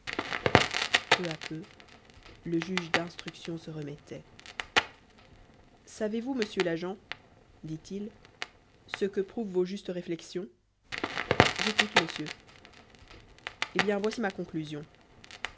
peu à peu le juge d'instruction se remettait savez-vous monsieur l'agent dit-il ce que prouvent vos justes réflexions j'écoute monsieur eh bien voici ma conclusion